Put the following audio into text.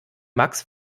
max